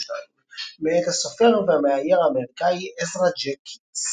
מאת הסופר והמאייר האמריקאי עזרא ג'ק קיטס.